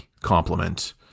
compliment